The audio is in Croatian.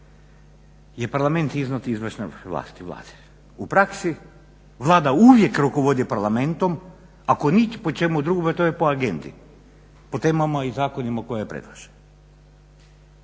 je Parlament iznad izvršne vlasti Vlade. U praksi Vlada uvijek rukovodi Parlamentom, ako ni po čemu drugom to je po agendi, po temama i zakonima koje predlaže.